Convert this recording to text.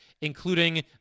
including